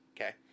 Okay